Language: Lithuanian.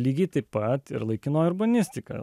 lygiai taip pat ir laikinoji urbanistika